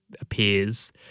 appears